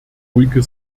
ruhige